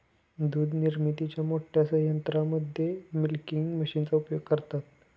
दूध निर्मितीच्या मोठ्या संयंत्रांमध्ये मिल्किंग मशीनचा उपयोग करतात